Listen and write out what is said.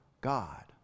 God